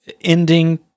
ending